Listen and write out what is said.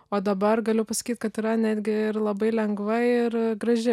o dabar galiu pasakyt kad yra netgi labai lengva ir graži